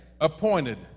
appointed